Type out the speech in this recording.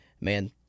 man